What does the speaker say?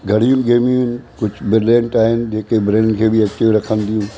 घणियूं गेम्यूं आहिनि कुझु ब्रिलिएंट आहिनि जेके ब्रेन खे बि एक्टिव रखनि थियूं